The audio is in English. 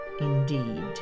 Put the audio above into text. indeed